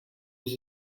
aux